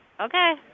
Okay